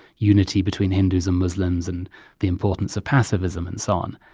unity between hindus and muslims and the importance of pacifism and so on.